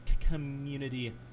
community